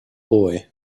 boy